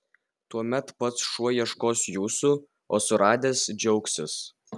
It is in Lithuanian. tuomet pats šuo ieškos jūsų o suradęs džiaugsis